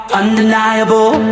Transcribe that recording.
undeniable